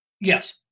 Yes